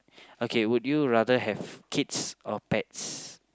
okay would you rather have kids or pets